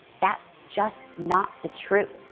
that's just not the truth.